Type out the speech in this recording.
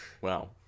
wow